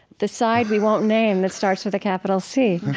the side we won't name that starts with a capital c